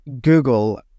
google